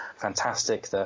fantastic